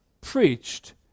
preached